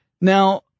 now